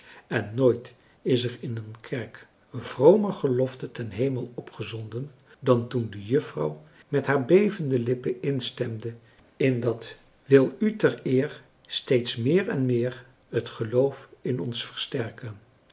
en nooit is er in een kerk vromer gelofte ten hemel opgezonden dan toen de juffrouw met haar bevende lippen instemde in dat wil u ter eer steeds meer en meer t geloof in ons versterken